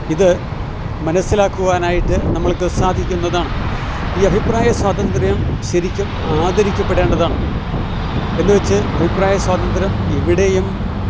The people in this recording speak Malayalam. ഇത് മനസ്സിലാക്കുവാനായിട്ട് നമ്മൾക്ക് സാധിക്കുന്നതാണ് ഈ അഭിപ്രായ സ്വാതന്ത്ര്യം ശരിക്കും ആദരിക്കപ്പെടേണ്ടതാണ് എന്ന് വെച്ച് അഭിപ്രായ സ്വാതന്ത്ര്യം എവിടെയും